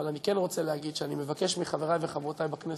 אבל אני כן רוצה להגיד שאני מבקש מחברי וחברותי בכנסת: